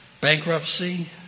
bankruptcy